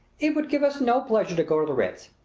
it would give us no pleasure to go to the ritz.